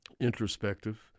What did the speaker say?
introspective